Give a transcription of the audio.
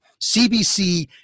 CBC